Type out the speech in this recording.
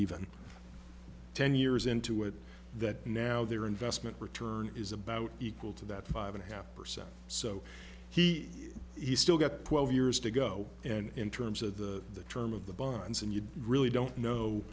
even ten years into it that now their investment return is about equal to that five unhappy percent so he still got twelve years to go and in terms of the term of the bonds and you really don't know